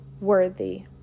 worthy